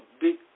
big